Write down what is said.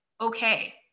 Okay